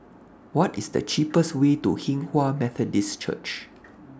What IS The cheapest Way to Hinghwa Methodist Church